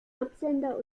absender